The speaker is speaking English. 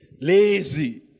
Lazy